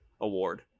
award